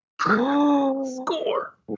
Score